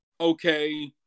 okay